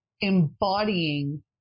embodying